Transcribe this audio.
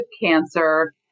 cancer